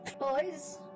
boys